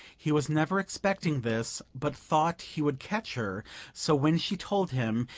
he was never expecting this but thought he would catch her so when she told him,